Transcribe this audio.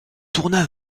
tourna